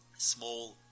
Small